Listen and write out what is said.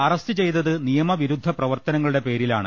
arrest ചെയ്തത് നിയമവിരുദ്ധ പ്രവർത്തനങ്ങളുടെ പേരിലാണ്